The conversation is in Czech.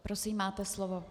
Prosím, máte slovo.